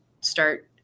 start